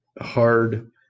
hard